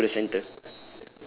back to the centre